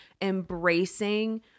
embracing